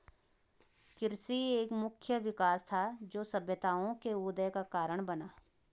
कृषि एक मुख्य विकास था, जो सभ्यताओं के उदय का कारण बना